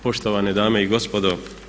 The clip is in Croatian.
Poštovana dame i gospodo.